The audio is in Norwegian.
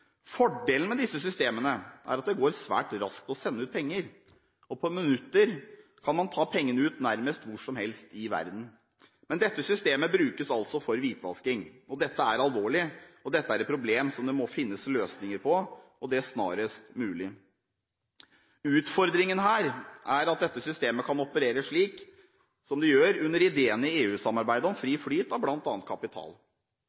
Fordelen med disse systemene er at det går svært raskt å sende ut penger, og på minutter kan man ta pengene ut nærmest hvor som helst i verden. Men dette systemet brukes altså for hvitvasking. Dette er alvorlig, og dette er et problem som det må finnes løsninger på, og det snarest mulig. Utfordringen her er at dette systemet kan operere slik som det gjør under ideen i EU-samarbeidet om